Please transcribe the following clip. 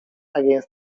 against